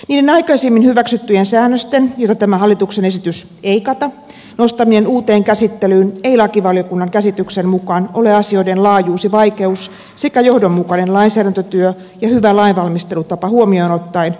niiden aikaisemmin hyväksyttyjen säännösten joita tämä hallituksen esitys ei kata nostaminen uuteen käsittelyyn ei lakivaliokunnan käsityksen mukaan ole asioiden laajuus ja vaikeus sekä johdonmukainen lainsäädäntötyö ja hyvä lainvalmistelutapa huomioon ottaen tarkoituksenmukaista